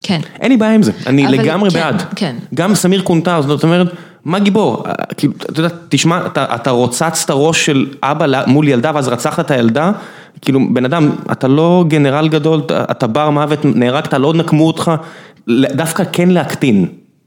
כן. אין לי בעיה עם זה. אני לגמרי בעד. כן. גם סמיר קונטרס, זאת אומרת, מה גיבור? כאילו, אתה יודע, תשמע, אתה רוצצת ראש של אבא מול ילדיו, אז רצחת את הילדה. כאילו, בן אדם, אתה לא גנרל גדול, אתה בר מוות, נהרגת, לא נקמו אותך. דווקא כן להקטין.